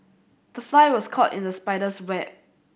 the fly was caught in the spider's web